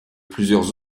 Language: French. plusieurs